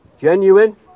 genuine